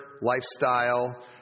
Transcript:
lifestyle